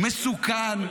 מסוכן,